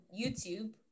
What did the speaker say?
youtube